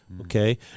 Okay